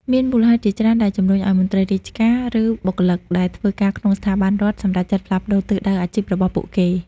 មានមូលហេតុជាច្រើន ដែលជំរុញឱ្យមន្ត្រីរាជការ ឬបុគ្គលិកដែលធ្វើការក្នុងស្ថាប័នរដ្ឋ សម្រេចចិត្តផ្លាស់ប្តូរទិសដៅអាជីពរបស់ពួកគេ។